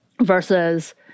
versus